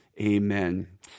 amen